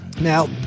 Now